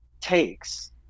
takes